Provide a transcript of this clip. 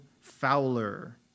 fowler